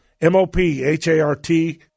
M-O-P-H-A-R-T